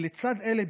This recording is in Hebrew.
לצד אלה,